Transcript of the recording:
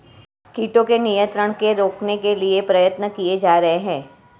कीटों के नियंत्रण को रोकने के लिए प्रयत्न किये जा रहे हैं